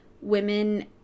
women